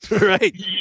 Right